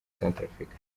centrafrique